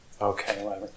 Okay